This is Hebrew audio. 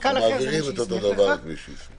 מעבירים את אותו דבר למי שהוא הסמיך.